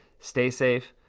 stay safe.